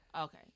Okay